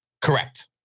Correct